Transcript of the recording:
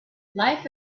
life